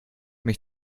mich